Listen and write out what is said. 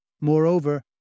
Moreover